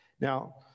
Now